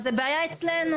אז זו בעיה אצלנו.